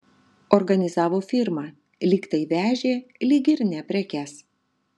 organizavo firmą lyg tai vežė lyg ir ne prekes